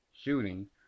shooting